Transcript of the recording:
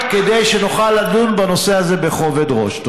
כדי שנוכל לדון בנושא הזה בכובד ראש.